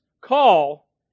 call